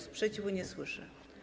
Sprzeciwu nie słyszę.